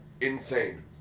Insane